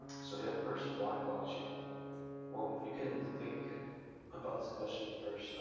so yeah first, why blockchain? well you can think about this question first,